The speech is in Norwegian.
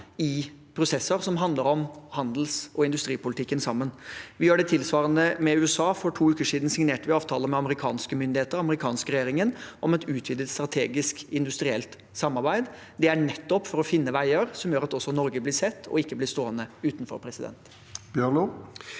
i prosesser som handler om handels- og industripolitikk. Vi gjør tilsvarende med USA; for to uker siden signerte vi en avtale med amerikanske myndigheter og den amerikanske regjeringen om et utvidet strategisk industrielt samarbeid. Det er nettopp for å finne veier som gjør at også Norge blir sett og ikke blir stående utenfor. Alfred Jens